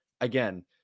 Again